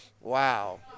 Wow